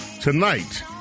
tonight